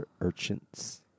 urchins